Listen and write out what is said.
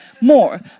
more